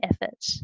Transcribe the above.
effort